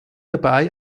dabei